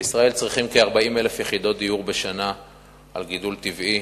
בישראל צריכים כ-40,000 יחידות דיור בשנה לגידול טבעי.